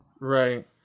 Right